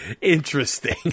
interesting